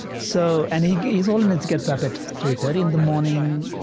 so and his his holiness gets up at three thirty in the morning.